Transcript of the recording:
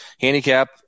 handicap